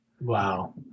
Wow